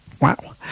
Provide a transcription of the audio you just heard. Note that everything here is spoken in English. Wow